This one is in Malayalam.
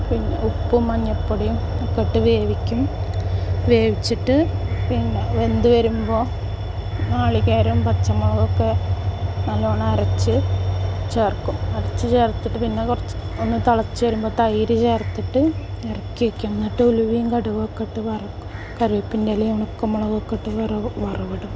ഉപ്പും മഞ്ഞപ്പൊടിയും ഒക്കെ ഇട്ട് വേവിക്കും വേവിച്ചിട്ട് പിന്നെ വെന്ത് വരുമ്പോൾ നാളികേരം പച്ചമുളകൊക്കെ നല്ലോണം അരച്ച് ചേർക്കും അരച്ച് ചേർത്തിട്ട് പിന്നെ ഒന്ന് തിളച്ച് വരുമ്പോൾ തൈര് ചേർത്തിട്ട് ഇറക്കി വയ്ക്കും എന്നിട്ട് ഉലുവയും കടുകും ഒക്കെയിട്ട് വറുക്കും കരിവേപ്പിൻറെ ഇലയും ഉണക്കമുളകും ഒക്കെ ഇട്ട് വറ വറവിടും